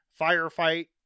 Firefight